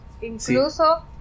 incluso